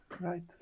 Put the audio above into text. right